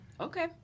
Okay